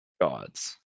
gods